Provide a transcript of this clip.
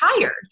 tired